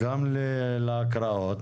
גם להקראות,